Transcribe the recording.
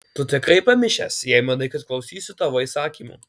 tu tikrai pamišęs jei manai kad klausysiu tavo įsakymų